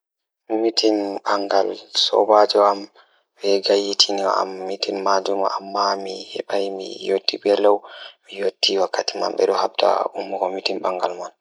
So tawii miɗo jokkude nguurndam e dow rewɓe ngal, miɗo waawi njiddaade fiyaangu e hoore ngal. Miɗo waawataa waawi ngal kañum fiyaangu sabu fiyaangu ngal njiddaade sabu ngal njiddaade kaɗi sabu nguurndam ngal.